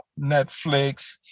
Netflix